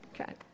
Okay